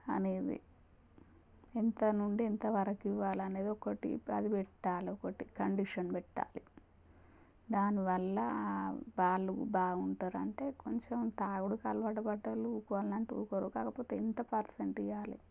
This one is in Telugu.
అనేది ఎంత నుండి ఎంతవరకు ఇవ్వాలి అనేది ఒకటి అది పెట్టాలి ఒకటి కండిషన్ పెట్టాలి దానివల్ల వాళ్ళు బాగుంటారు అంటే కొంచెం తాగుడు అలవాటు పడ్డవాళ్ళు ఊరుకోవాలి అంటే ఊరుకోరు కాకపోతే ఎంత పర్సంట్ ఇవ్వాలి